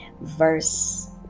Verse